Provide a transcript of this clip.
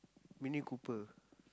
Mini-Cooper